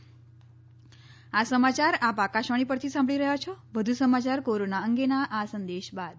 corona સંદેશ આ સમાચાર આપ આકાશવાણી પરથી સાંભળી રહ્યા છો વધુ સમાચાર કોરોના અંગેના આ સંદેશ બાદ